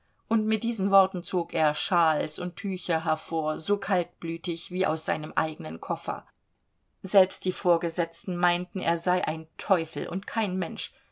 und mit diesen worten zog er schals und tücher hervor so kaltblütig wie aus seinem eigenen koffer selbst die vorgesetzten meinten er sei ein teufel und kein mensch